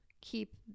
keep